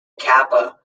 kappa